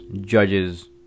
judges